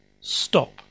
Stop